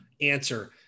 answer